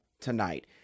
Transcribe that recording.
tonight